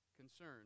concern